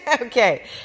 okay